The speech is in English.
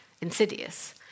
insidious